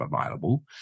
available